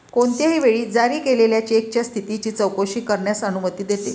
कोणत्याही वेळी जारी केलेल्या चेकच्या स्थितीची चौकशी करण्यास अनुमती देते